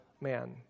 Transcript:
man